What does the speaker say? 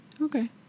Okay